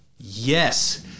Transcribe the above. yes